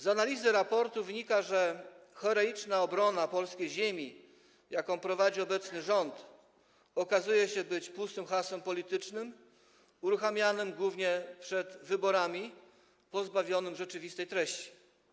Z analizy raportu wynika, że heroiczna obrona polskiej ziemi, jaką prowadzi obecny rząd, okazuje się pustym hasłem politycznym, uruchamianym głównie przed wyborami, pozbawionym rzeczywistej treści.